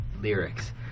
lyrics